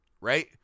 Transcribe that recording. right